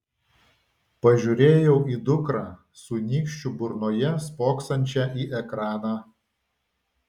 pažiūrėjau į dukrą su nykščiu burnoje spoksančią į ekraną